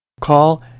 Call